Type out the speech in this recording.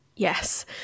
Yes